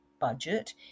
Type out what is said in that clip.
budget